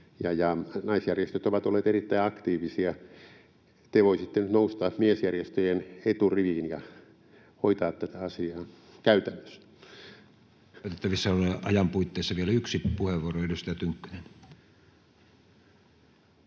naisjärjestöt ovat olleet erittäin aktiivisia. Te voisitte nyt nousta miesjärjestöjen eturiviin ja hoitaa tätä asiaa käytännössä. Käytettävissä olevan ajan puitteissa vielä yksi puheenvuoro. — Edustaja Tynkkynen.